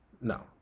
No